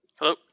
hello